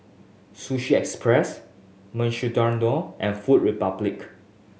Sushi Express Mukshidonna and Food Republic